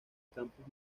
campos